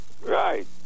Right